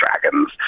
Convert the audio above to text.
Dragons